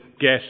get